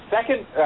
Second